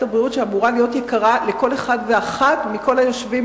הבריאות שאמורה להיות יקרה לכל אחד ואחת מכל היושבים